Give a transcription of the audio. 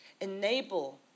enable